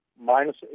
minus